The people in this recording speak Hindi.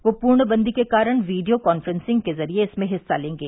वे पूर्णबंदी के कारण वीडियो काफ्रेंसिंग के जरिये इसमें हिस्सा लेंगे